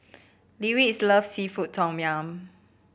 Lyric loves seafood Tom Yum